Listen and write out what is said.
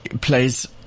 plays